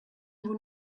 who